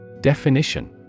Definition